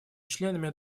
членами